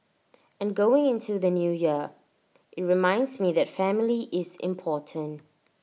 and going into the New Year IT reminds me that family is important